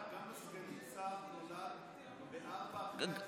סגנית שר, זה נולד ב-16:00.